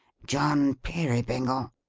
john peerybingle,